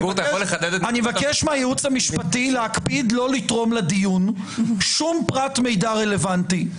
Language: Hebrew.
אני מבקש מהייעוץ המשפטי להקפיד לא לתרום לדיון שום פרט מידע רלוונטי...